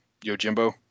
Yojimbo